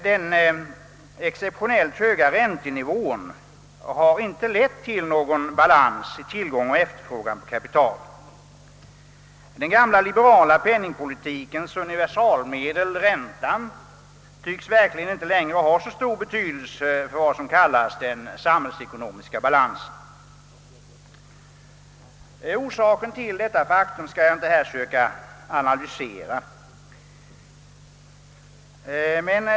Den exceptionellt höga räntenivån har inte lett till någon balans mellan tillgång och efterfrågan på kapital. Den gamla liberala penningpolitikens universalmedel, räntan, tycks verkligen inte längre ha så stor betydelse för vad som kallas den samhällsekonomiska balansen. Orsakerna till detta faktum skall jag här inte försöka analysera.